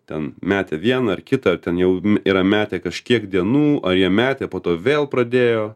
ten metė vieną ar kitą ten jau yra metę kažkiek dienų ar jie metė po to vėl pradėjo